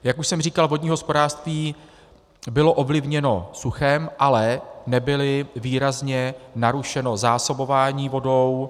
Jak už jsem říkal, vodní hospodářství bylo ovlivněno suchem, ale nebylo výrazně narušeno zásobování vodou.